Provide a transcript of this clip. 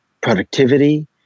productivity